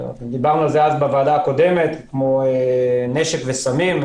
כמו למשל נשק וסמים.